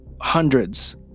hundreds